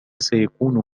سيكون